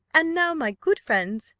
and now, my good friends,